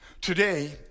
today